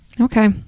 Okay